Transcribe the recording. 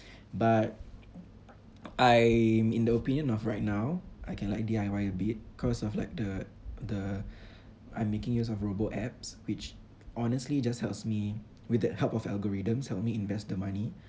but I'm in the opinion of right now I can like D_I_Y a bit cause of like the the I'm making use of robo apps which honestly just helps me with the help of algorithms help me invest the money